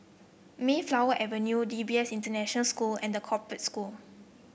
Mayflower Avenue D P S International School and The Corporate School